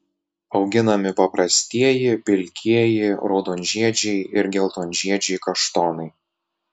auginami paprastieji pilkieji raudonžiedžiai ir geltonžiedžiai kaštonai